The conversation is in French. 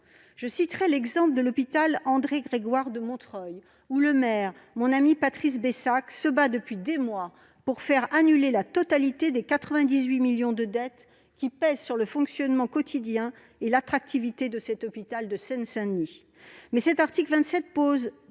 soignants. L'exemple de l'hôpital André-Grégoire de Montreuil est parlant. Le maire, mon ami Patrice Bessac, se bat depuis des mois pour faire annuler la totalité des 98 millions d'euros de dette qui pèsent sur le fonctionnement quotidien et sur l'attractivité de cet hôpital de Seine-Saint-Denis. Cet article 27 pose